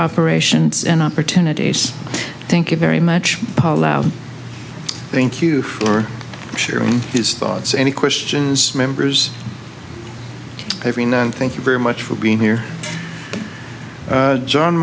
operations and opportunities thank you very much thank you for sharing your thoughts and questions members every now and thank you very much for being here john